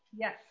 Yes